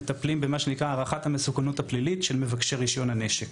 בעצם מטפלים במה שנקרא הערכת המסוכנות הפלילית של מבקשי רישיון הנשק.